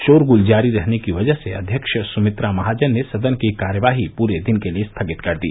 शोरगुल जारी रहने की वजह से अध्यक्ष सुमित्रा महाजन ने सदन की कार्यवाही पूरे दिन के लिए स्थगित कर दी